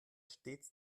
stets